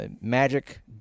magic